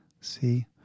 See